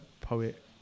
Poet